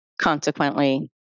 Consequently